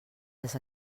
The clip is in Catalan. les